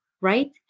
right